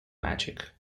magic